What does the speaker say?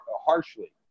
harshly